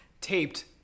Taped